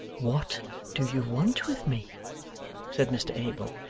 what do you want with me said mr abel.